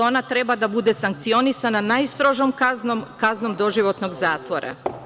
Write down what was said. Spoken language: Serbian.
Ono treba da bude sankcionisano najstrožom kaznom, kaznom doživotnog zatvora.